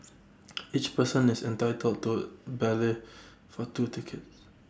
each person is entitled to ballot for two tickets